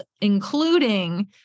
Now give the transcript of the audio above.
including